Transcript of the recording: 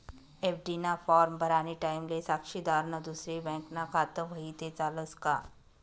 FD ना form भरानी टाईमले साक्षीदारनं दुसरी बँकमा खातं व्हयी ते चालस का